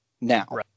now